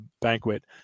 banquet